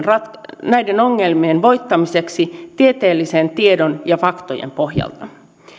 ratkaisuja näiden ongelmien voittamiseksi tieteellisen tiedon ja faktojen pohjalta